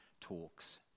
talks